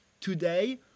Today